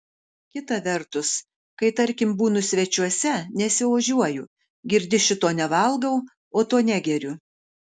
kita vertus kai tarkim būnu svečiuose nesiožiuoju girdi šito nevalgau o to negeriu